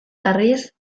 jarriz